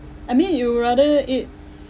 I mean you would rather it